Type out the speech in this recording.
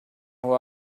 who